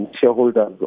shareholders